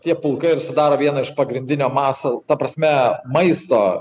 tie pulkai ir sudaro vieną iš pagrindinio masalo ta prasme maisto